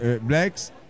Blacks